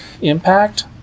impact